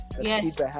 Yes